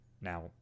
now